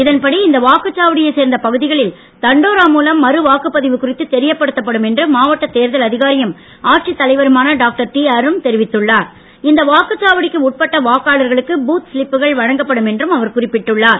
இதன்படி இந்த வாக்குச்சாவடியைச் சேர்ந்த பகுதிகளில் தண்டோரா மூலம் மறு வாக்குப்பதிவு குறித்து தெரியப்படுத்தப்படும் என்று மாவட்ட தேர்தல் அதிகாரியும் ஆட்சித் தலைவருமான வாக்குச்சாவடிக்கு உட்பட்ட வாக்காளர்களுக்கு பூத் சிலிப்புகள் வழங்கப்படும் என்றும் அவர் குறிப்பிட்டுள்ளார்